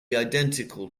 identical